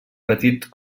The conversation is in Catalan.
petits